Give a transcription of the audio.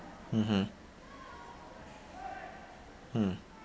mmhmm mm